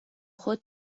خود